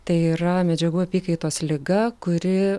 tai yra medžiagų apykaitos liga kuri